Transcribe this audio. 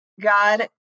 God